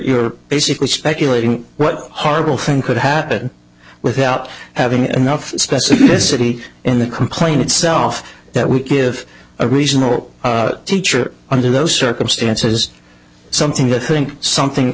you're basically speculating what horrible thing could happen without having enough specificity in the complaint itself that we give a reasonable teacher under those circumstances something that think something